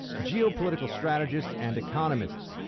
geopolitical strategists, and economists.